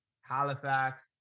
halifax